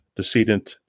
decedent